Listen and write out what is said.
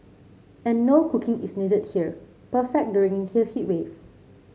and no cooking is needed here perfect during here heat wave